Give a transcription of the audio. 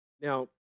Now